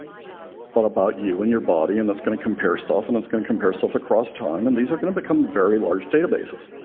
but about you and your body, and it's going to compare stuff, and it's going to compare stuff across time, and these are going to become very large databases.